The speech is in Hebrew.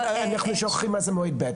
אנחנו שוכחים מה זה מועד ב',